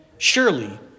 Surely